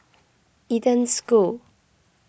Eden School